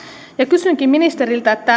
kysynkin ministeriltä